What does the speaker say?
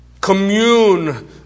Commune